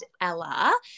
Ella